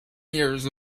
years